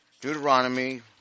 Deuteronomy